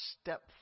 step